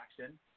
action